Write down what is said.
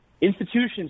Institutions